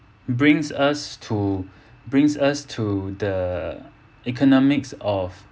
brings us to brings us to the economics of